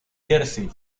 jersey